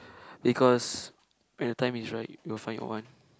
because when the time is right you will find your one